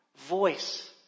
voice